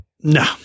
No